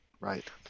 right